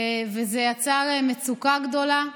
וזה יצר מצוקה גדולה.